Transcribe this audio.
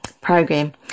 program